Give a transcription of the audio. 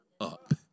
up